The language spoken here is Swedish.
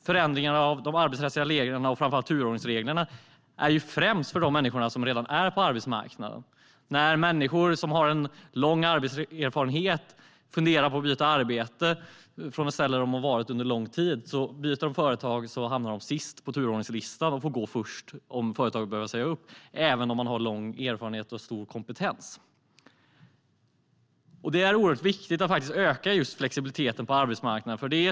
Förändringarna av de arbetsrättsliga reglerna och framför allt turordningsreglerna är främst för de människor som redan är på arbetsmarknaden. När människor som har en lång arbetslivserfarenhet funderar på att byta arbete från ett ställe där de har varit under en lång tid hamnar de sist på turordningslistan om byter företag. De får gå först om företaget börjar säga upp även om de har lång erfarenhet och stor kompetens. Det är oerhört viktigt att öka just flexibiliteten på arbetsmarknaden.